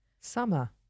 Summer